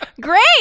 Great